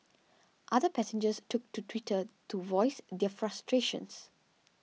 other passengers took to Twitter to voice their frustrations